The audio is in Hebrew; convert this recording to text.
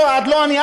לא את ולא אני,